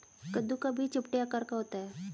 कद्दू का बीज चपटे आकार का होता है